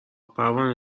پروانه